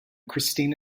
christina